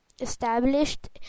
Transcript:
established